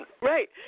Right